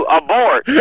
abort